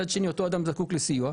מצד שני אותו אדם זקוק לסיוע.